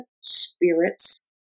spirits